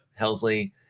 Helsley –